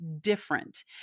different